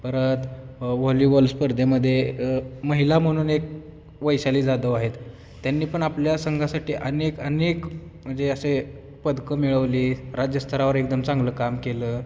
परत व्हलीबॉल स्पर्धेमध्ये महिला म्हणून एक वैशाली जाधव आहेत त्यांनी पण आपल्या संघासाठी अनेक अनेक म्हणजे असे पदकं मिळवली राज्यस्तरावर एकदम चांगलं काम केलं